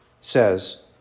says